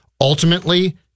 ultimately